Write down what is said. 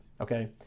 okay